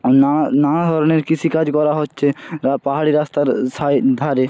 নানা নানা ধরনের কৃষিকাজ করা হচ্ছে রা পাহাড়ি রাস্তার সাই ধারে